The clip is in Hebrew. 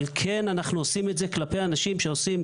אבל אנחנו כן עושים את זה כלפי אנשים שעושים,